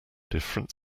different